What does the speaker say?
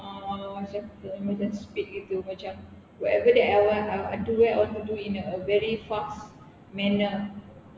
ah macam tu macam speed gitu macam whatever that I want uh I do eh I want to do in a very fast manner